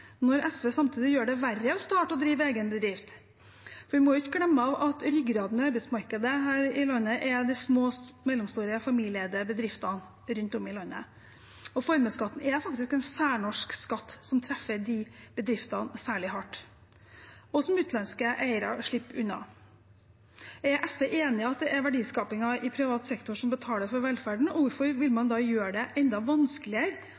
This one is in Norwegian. samtidig gjør det verre å starte og drive egen bedrift. Vi må ikke glemme at ryggraden i arbeidsmarkedet her i landet er de små og mellomstore familieeide bedriftene rundt omkring i landet. Formuesskatten er faktisk en særnorsk skatt som treffer de bedriftene særlig hardt, og noe som utenlandske eiere slipper unna. Er SV enig i at det er verdiskapingen i privat sektor som betaler for velferden, og hvorfor vil man da gjøre det enda vanskeligere